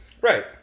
Right